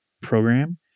program